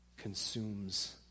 consumes